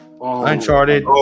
Uncharted